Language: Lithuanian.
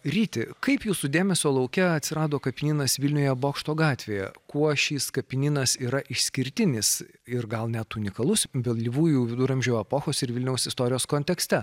ryti kaip jūsų dėmesio lauke atsirado kapinynas vilniuje bokšto gatvėje kuo šis kapinynas yra išskirtinis ir gal net unikalus vėlyvųjų viduramžių epochos ir vilniaus istorijos kontekste